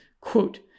Quote